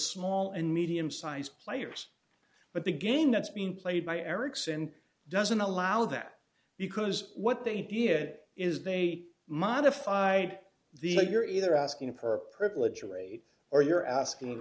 small and medium sized players but the game that's being played by ericsson doesn't allow that because what they did is they modified the you're either asking for a privilege rate or you're asking